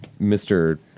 Mr